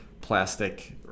plastic